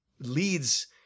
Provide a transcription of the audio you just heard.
leads